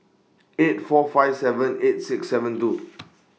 eight four five seven eight six seven two